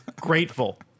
Grateful